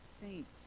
saints